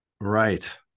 Right